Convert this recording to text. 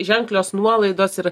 ženklios nuolaidos ir